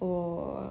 oh